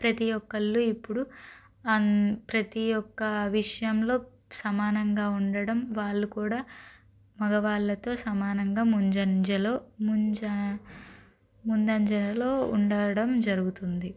ప్రతి ఒక్కరు ఇప్పుడు ప్రతి ఒక్క విషయంలో సమానంగా ఉండడం వాళ్ళు కూడా మగవాళ్ళతో సమానంగా ముంజంజలో ముంజ ముందంజలో ఉండడం జరుగుతుంది